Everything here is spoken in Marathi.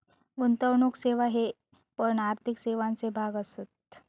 गुंतवणुक सेवा हे पण आर्थिक सेवांचे भाग असत